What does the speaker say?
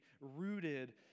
rooted